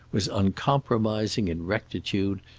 was uncompromising in rectitude,